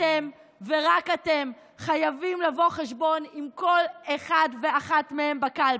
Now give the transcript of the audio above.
אתם ורק אתם חייבים לבוא חשבון עם כל אחד ואחת מהם בקלפי,